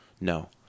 No